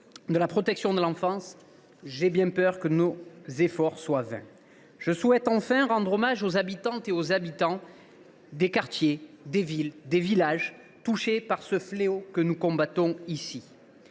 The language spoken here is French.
de la protection de l’enfance, nos efforts seront vains. Je souhaite enfin rendre hommage aux habitantes et aux habitants des quartiers, des villes et des villages touchés par ce fléau que nous combattons ici.